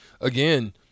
again